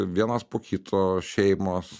vienas po kito šeimos